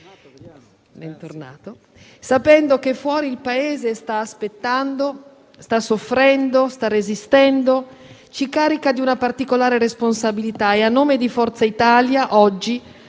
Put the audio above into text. sapendo che fuori il Paese sta aspettando, sta soffrendo e sta resistendo, ci carica di una particolare responsabilità. Oggi a nome di Forza Italia, oltre